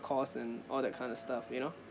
cost and all that kind of stuff you know